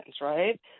right